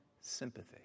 sympathy